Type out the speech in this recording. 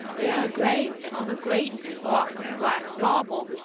they are engraved on a great block of black marble,